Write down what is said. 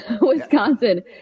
Wisconsin